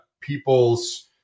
people's